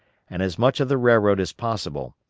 and as much of the railroad as possible,